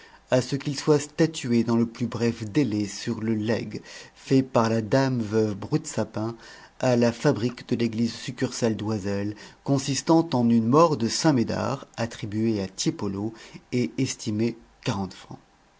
à ce qu'il soit statué dans le plus bref délai sur le legs fait par la dame veuve broutesapin à la fabrique de l'église succursale d'oiselle consistant en une mort de saint médard attribuée à tiepolo et estimée quarante francs